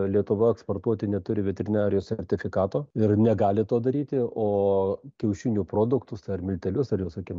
lietuva eksportuoti neturi veterinarijos sertifikato ir negali to daryti o kiaušinių produktus ar miltelius ar jau sakykim